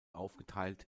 aufgeteilt